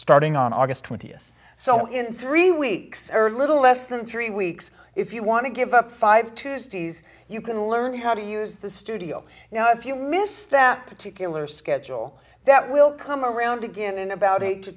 starting on august th so in three weeks every little less than three weeks if you want to give up five tuesdays you can learn how to use the studio you know if you miss that particular schedule that will come around again in about eight to